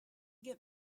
get